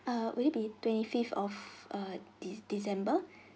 err will it be twenty fifth of err this december